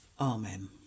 Amen